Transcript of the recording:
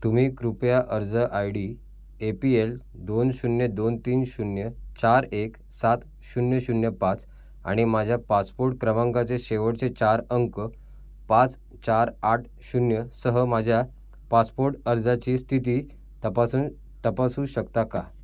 तुम्ही कृपया अर्ज I D A P L दोन शून्य दोन तीन शून्य चार एक सात शून्य शून्य पाच आणि माझ्या पासपोर्ट क्रमांकाचे शेवटचे चार अंक पाच चार आठ शून्यसह माझ्या पासपोर्ट अर्जाची स्थिती तपासून तपासू शकता का